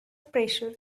pressure